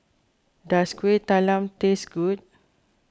does Kueh Talam taste good